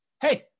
hey